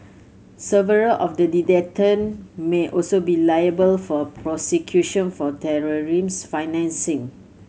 several of the may also be liable for prosecution for financing